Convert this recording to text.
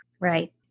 Right